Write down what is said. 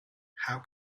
how